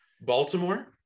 Baltimore